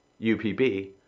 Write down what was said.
upb